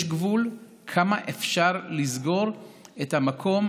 יש גבול כמה אפשר לסגור את המקום.